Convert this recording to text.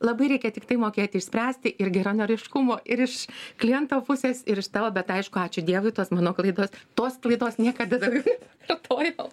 labai reikia tiktai mokėti išspręsti ir geranoriškumo ir iš kliento pusės ir iš tavo bet aišku ačiū dievui tos mano klaidos tos klaidos niekada daugiau nepakartojau